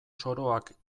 soroak